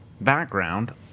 background